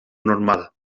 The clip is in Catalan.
normal